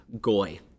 Goy